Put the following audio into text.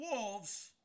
wolves